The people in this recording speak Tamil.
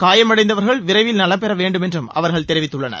காயமடைந்தவர்கள் விரைவில் நலம்பெற வேண்டும் என்றும் அவர்கள் தெரிவித்துள்ளனர்